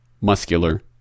muscular